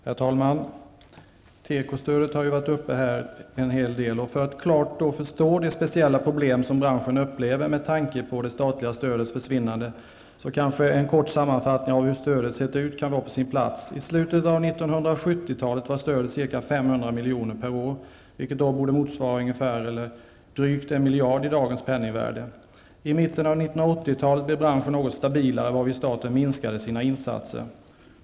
Herr talman! Tekostödet har tagits upp en hel del här. För att klart förstå de speciella problem som branschen upplever med tanke på att det statliga stödet försvinner kan kanske en kort sammanfattning av hur stödet har sett ut vara på plats. I slutet av 1970-talet var stödet ca 500 milj.kr. per år, vilket borde motsvara drygt 1 miljard kronor i dagens penningvärde. I mitten av 1980-talet blev branschen något stabilare, varvid staten minskade sina insatser.